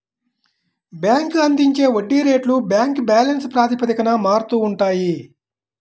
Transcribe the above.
bank అందించే వడ్డీ రేట్లు బ్యాంక్ బ్యాలెన్స్ ప్రాతిపదికన మారుతూ ఉంటాయి